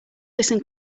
listen